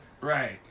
Right